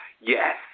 Yes